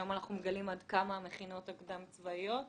היום אנחנו דנים על עד כמה המכינות הקדם צבאיות כאלה.